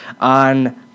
On